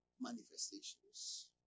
manifestations